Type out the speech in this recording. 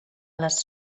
les